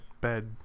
bed